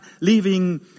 leaving